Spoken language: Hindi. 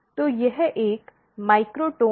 तो यह एक माइक्रोटोम है